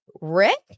Rick